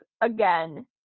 again